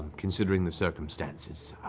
considering the circumstances.